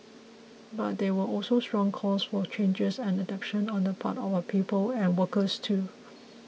but there were also strong calls for changes and adaptation on the part of our people and workers too